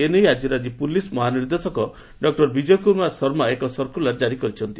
ଏନେଇ ଆକି ରାଜ୍ୟ ପୁଲିସ୍ ମହାନିର୍ଦ୍ଦେଶକ ଡକ୍ର ବିଜୟ କୁମାର ଶର୍ମା ଏକ ସର୍କୁଲାର କାରି କରିଛନ୍ତି